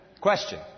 Question